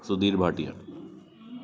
Sudhir Bhatia